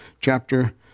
chapter